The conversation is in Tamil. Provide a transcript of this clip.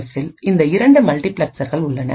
எஃப்பில் இந்த இரண்டு மல்டிபிளெக்சர்கள் உள்ளன